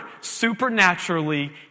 supernaturally